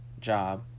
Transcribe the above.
job